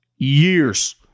years